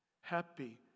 Happy